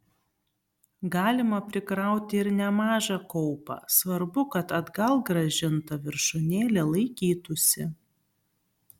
galima prikrauti ir nemažą kaupą svarbu kad atgal grąžinta viršūnėlė laikytųsi